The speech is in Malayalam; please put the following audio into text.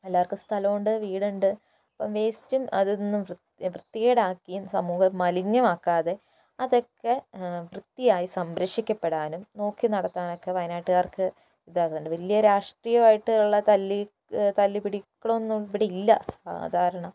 എല്ലാവർക്കും സ്ഥലമുണ്ട് വീടുണ്ട് അപ്പോൾ വേസ്റ്റും അതൊന്നും വൃത്തികേടാക്കിയും സമൂഹം മലിനമാക്കാതെ അതൊക്കെ വൃത്തിയായി സംരക്ഷിക്കപ്പെടാനും നോക്കി നടത്താനുമൊക്കെ വയനാട്ടുകാർക്ക് ഇതാകുന്നുണ്ട് വലിയ രാഷ്ട്രീയമായിട്ട് ഉള്ള തല്ല് തല്ലിപിടികളൊന്നും ഇവിടില്ല സാധാരണ